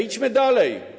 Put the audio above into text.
Idźmy dalej.